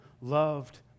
loved